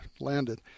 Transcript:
landed